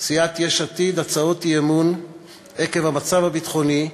סיעת יש עתיד הצעות אי-אמון עקב המצב הביטחוני,